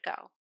go